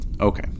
Okay